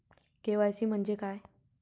KYC म्हंजे काय?